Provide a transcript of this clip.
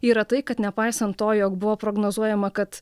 yra tai kad nepaisant to jog buvo prognozuojama kad